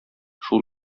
шул